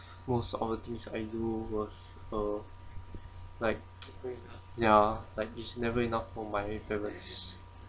most of the things I do was uh like ya like it's never enough for my parents